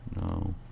No